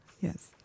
Yes